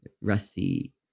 Rusty